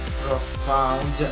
profound